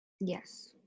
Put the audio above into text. yes